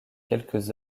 quelques